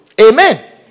Amen